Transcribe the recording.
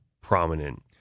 prominent